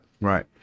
right